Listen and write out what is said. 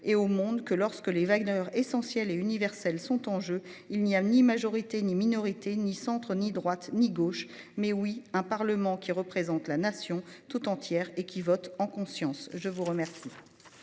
et au monde que lorsque les Wagner essentielles et universelles sont en jeu, il n'y a ni majorité ni minorité ni centre ni droite ni gauche. Mais oui un Parlement qui représente la nation toute entière et qui votent en conscience, je vous remercie.